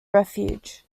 refuge